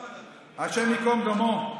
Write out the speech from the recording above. השם ייקום דמו,